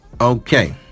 Okay